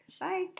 bye